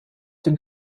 dem